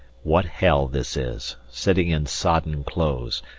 what hell this is, sitting in sodden clothes,